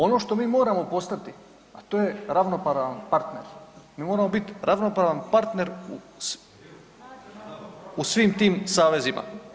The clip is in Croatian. Ono što mi moramo postati, a to je ravnopravan partnere, mi moramo biti ravnopravan partner u svim tim savezima.